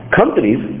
companies